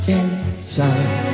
inside